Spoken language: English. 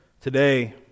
Today